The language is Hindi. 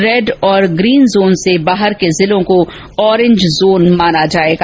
रेड और ग्रीन जोन से बाहर के जिलों को ऑरेंज जोन माना जाएगा